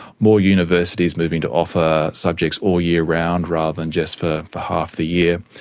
more universities moving to offer subjects all year round rather than just for for half the year.